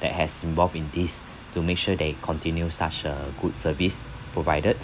that has involved in this to make sure they continue such a good service provided